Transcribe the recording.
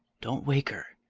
don't wake her.